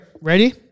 Ready